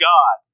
God